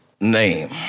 name